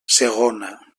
segona